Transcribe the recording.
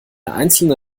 einzelne